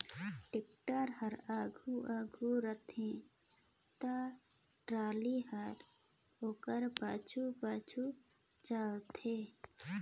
tractor हर आघु आघु रहथे ता टराली हर ओकर पाछू पाछु चलथे